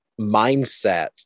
mindset